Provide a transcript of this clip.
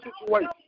situation